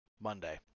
Monday